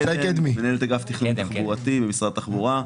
מנהל אגף תכנון תחבורתי במשרד התחבורה.